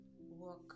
work